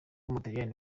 w’umutaliyani